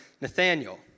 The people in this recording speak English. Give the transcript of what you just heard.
Nathaniel